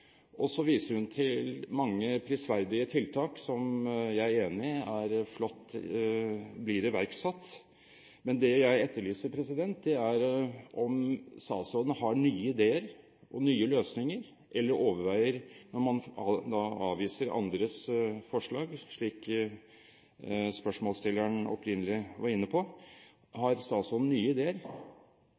Så viser hun til mange prisverdige tiltak, og jeg er enig i at det er flott de blir iverksatt, men det jeg etterlyser, er om statsråden har nye ideer og løsninger. Når man avviser andres forslag, slik spørsmålsstilleren opprinnelig var inne på: Har statsråden nye ideer?